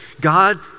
God